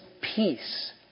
peace